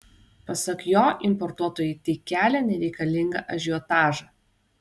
pasak jo importuotojai tik kelia nereikalingą ažiotažą